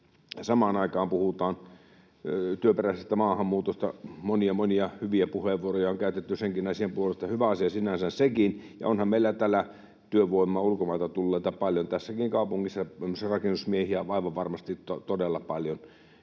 samaan aikaan puhutaan työperäisestä maahanmuutosta. Monia hyviä puheenvuoroja on käytetty senkin asian puolesta, hyvä asia sinänsä sekin, ja onhan meillä täällä työvoimaa ulkomailta tulleita paljon. Tässäkin kaupungissa esimerkiksi rakennusmiehiä on aivan varmasti todella paljon